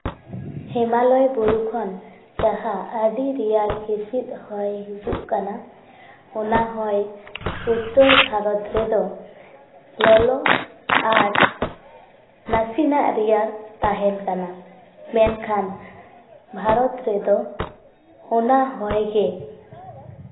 ᱦᱮᱢᱟᱞᱚᱭᱵᱩᱨᱩ ᱠᱷᱚᱱ ᱡᱟᱦᱟᱸ ᱟᱹᱰᱤ ᱨᱮᱭᱟᱲ ᱦᱤᱸᱥᱤᱫ ᱦᱚᱭ ᱦᱤᱡᱩᱜ ᱠᱟᱱᱟ ᱚᱱᱟ ᱦᱚᱭ ᱩᱛᱛᱚᱨ ᱵᱷᱟᱨᱚᱛ ᱨᱮᱫᱚ ᱞᱚᱞᱚ ᱟᱨ ᱱᱟᱥᱮᱱᱟᱜ ᱨᱮᱭᱟᱲ ᱛᱟᱦᱮᱱ ᱠᱟᱱᱟ ᱢᱮᱱᱠᱷᱟᱱ ᱵᱷᱟᱨᱚᱛ ᱨᱮᱫᱚ ᱚᱱᱟ ᱦᱚᱭ ᱜᱮ